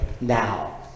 now